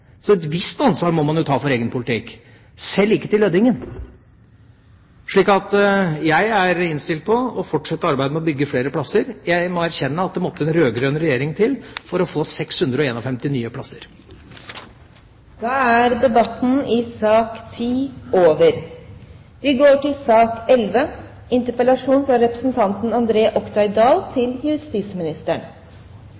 så et visst ansvar må en jo ta for egen politikk. Så jeg er innstilt på å fortsette arbeidet med å bygge flere plasser. Jeg må erkjenne at det måtte en rød-grønn regjering til for å få 651 nye plasser. Sak nr. 10 er dermed avsluttet. Beklager at det ble sent, men sånn er timeplanen her på huset. I